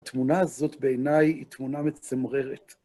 התמונה הזאת בעיניי היא תמונה מצמררת.